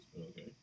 Okay